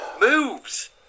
moves